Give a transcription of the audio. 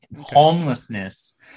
homelessness